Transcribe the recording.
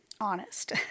Honest